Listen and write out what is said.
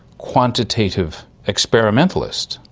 quantitative experimentalist,